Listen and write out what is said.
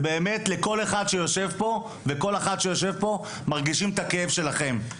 זה באמת לכל אחד שיושב פה וכל אחד שיושב פה מרגישים את הכאב שלכם.